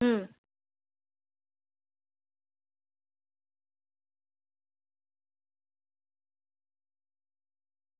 હુમ